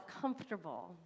comfortable